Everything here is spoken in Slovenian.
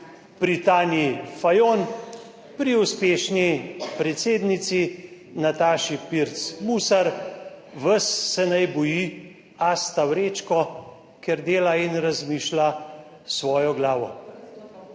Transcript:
pri Tanji Fajon, pri uspešni predsednici Nataši Pirc Musar, vas se naj boji Asta Vrečko, ker dela in razmišlja s svojo glavo.